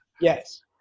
Yes